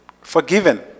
forgiven